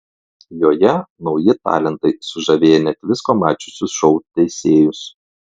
joje nauji talentai sužavėję net visko mačiusius šou teisėjus